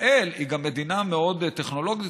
ישראל היא גם מדינה מאוד טכנולוגית,